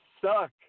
suck